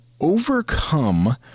overcome